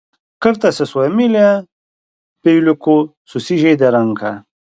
kartą sesuo emilija peiliuku susižeidė ranką